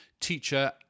teacher